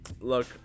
look